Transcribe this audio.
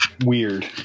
weird